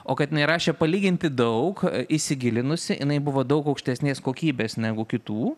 o kad jinai rašė palyginti daug įsigilinusi jinai buvo daug aukštesnės kokybės negu kitų